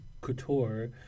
couture